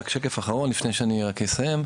שקף אחרון לפני שאני אסיים.